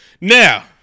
Now